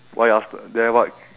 why asla~ then what